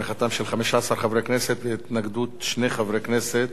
בתמיכתם של 15 חברי כנסת והתנגדות שני חברי כנסת.